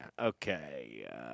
Okay